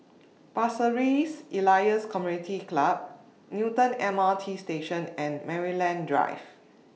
Pasir Ris Elias Community Club Newton M R T Station and Maryland Drive